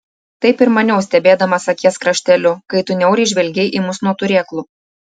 taip ir maniau stebėdamas akies krašteliu kai tu niauriai žvelgei į mus nuo turėklų